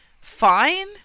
fine